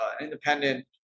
independent